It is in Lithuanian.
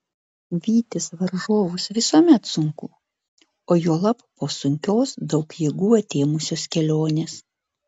vytis varžovus visuomet sunku o juolab po sunkios daug jėgų atėmusios kelionės